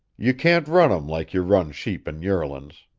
you can't run em like you run sheep an yearlin's.